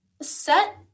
Set